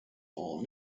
are